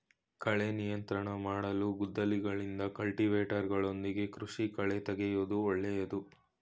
ಕಳೆ ನಿಯಂತ್ರಣ ಮಾಡಲು ಗುದ್ದಲಿಗಳಿಂದ, ಕಲ್ಟಿವೇಟರ್ಗಳೊಂದಿಗೆ ಕೃಷಿ ಕಳೆತೆಗೆಯೂದು ಒಳ್ಳೇದು